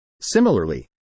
Similarly